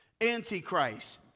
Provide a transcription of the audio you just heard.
Antichrist